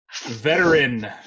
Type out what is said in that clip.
Veteran